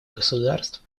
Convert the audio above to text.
государств